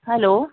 hello